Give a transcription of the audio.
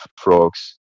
frogs